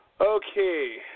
Okay